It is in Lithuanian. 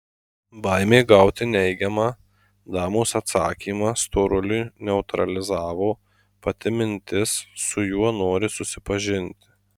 baimė gauti neigiamą damos atsakymą storuliui neutralizavo pati mintis su juo nori susipažinti